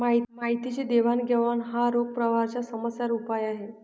माहितीची देवाणघेवाण हा रोख प्रवाहाच्या समस्यांवर उपाय आहे